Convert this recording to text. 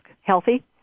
healthy